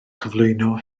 cyflwyno